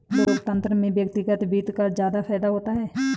लोकतन्त्र में व्यक्तिगत वित्त का ज्यादा फायदा होता है